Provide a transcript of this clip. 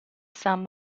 sainte